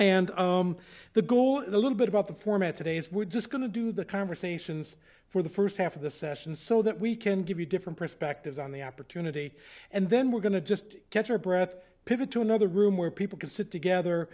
and the goal is a little bit about the format today's we're just going to do the conversations for the first half of the session so that we can give you different perspectives on the opportunity and then we're going to just catch our breath pivot to another room where people can sit together